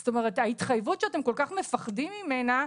זאת אומרת: ההתחייבות שאתם כל כך מפחדים ממנה,